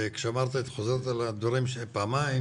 וכשאמרתי שאת חוזרת על הדברים פעמיים